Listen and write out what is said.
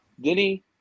Denny